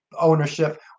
ownership